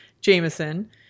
Jameson